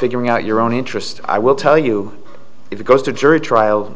figuring out your own interest i will tell you if it goes to a jury trial